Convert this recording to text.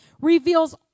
reveals